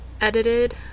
edited